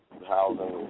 housing